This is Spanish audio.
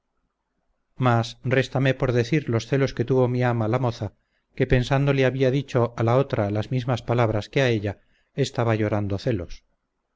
mas réstame por decir los celos que tuvo mi ama la moza que pensando le había dicho a la otra las mismas palabras que a ella estaba llorando celos